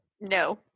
No